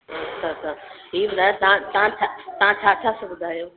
अच्छा अच्छा हीअ ॿुधायो तव्हां तव्हां तव्हां छा छा सिबंदा आहियो